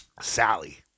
Sally